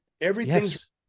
Everything's –